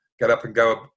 get-up-and-go